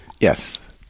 Yes